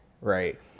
right